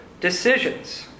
Decisions